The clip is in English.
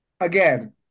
Again